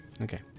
Okay